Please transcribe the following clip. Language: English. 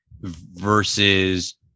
versus